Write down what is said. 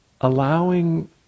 allowing